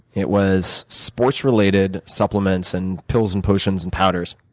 it was sports related supplements, and pills, and potions, and powders.